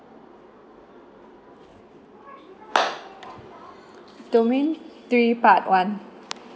domain three part one